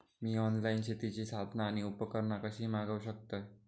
मी online शेतीची साधना आणि उपकरणा कशी मागव शकतय?